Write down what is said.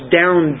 down